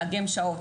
לאגם שעות,